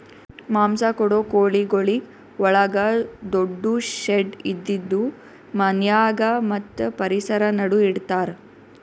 ಮಾಂಸ ಕೊಡೋ ಕೋಳಿಗೊಳಿಗ್ ಒಳಗ ದೊಡ್ಡು ಶೆಡ್ ಇದ್ದಿದು ಮನ್ಯಾಗ ಮತ್ತ್ ಪರಿಸರ ನಡು ಇಡತಾರ್